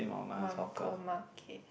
Whampoa market